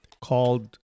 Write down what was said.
called